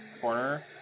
corner